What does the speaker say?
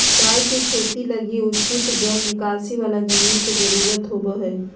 चाय के खेती लगी उचित जल निकासी वाला जमीन के जरूरत होबा हइ